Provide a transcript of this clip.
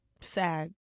sad